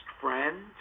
friend